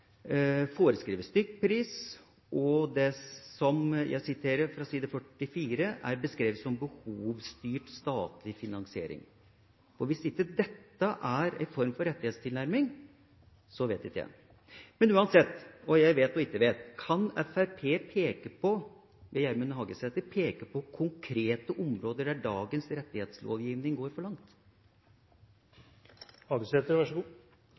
foreskriver stykkpris og det som på side 44 beskrives som «behovsstyrt statlig finansiering». Hvis ikke dette er en form for rettighetstilnærming, vet ikke jeg. Uansett hva jeg vet eller ikke vet: Kan Fremskrittspartiet ved Gjermund Hagesæter peke på konkrete områder hvor dagens rettighetslovgivning går for